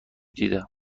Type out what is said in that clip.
دیده